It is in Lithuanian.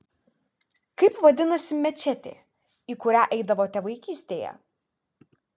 kaip vadinasi mečetė į kurią eidavote vaikystėje